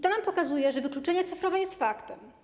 To nam pokazuje, że wykluczenie cyfrowe jest faktem.